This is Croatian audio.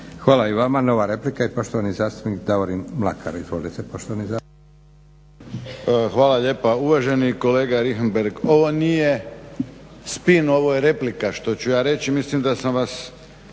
Mlakar. Izvolite poštovani zastupniče. **Mlakar, Davorin (HDZ)** Hvala lijepa. Uvaženi kolega Richembergh ovo nije spin, ovo je replika što ću ja reći. Mislim da sam vas